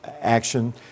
action